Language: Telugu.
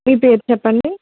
మీ పేరు చెప్పండి